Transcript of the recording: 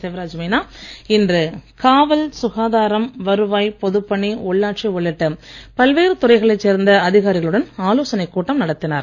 சிவராஜ் மீனா இன்று காவல் சுகாதாரம் வருவாய் பொதுப்பணி உள்ளாட்சி உள்ளிட்ட பல்வேறு துறைகளைச் சேர்ந்த அதிகாரிகளுடன் ஆலோசனைக் கூட்டம் நடத்தினார்